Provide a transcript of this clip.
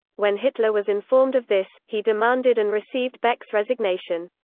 when hitler was informed of this, he demanded and received beck's resignation.